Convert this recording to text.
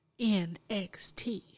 NXT